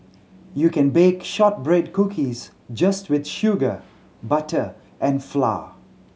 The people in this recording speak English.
you can bake shortbread cookies just with sugar butter and flour